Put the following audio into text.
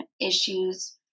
issues